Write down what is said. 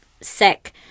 sick